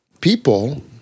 people